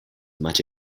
much